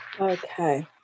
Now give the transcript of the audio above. Okay